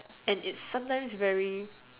and it's sometimes very